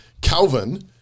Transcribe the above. Calvin